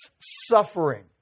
suffering